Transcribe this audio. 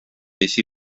així